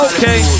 Okay